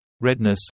redness